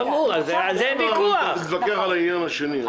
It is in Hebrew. נתווכח על העניין השני.